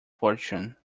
fortune